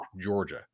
Georgia